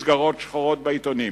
אין מסגרות שחורות בעיתונים,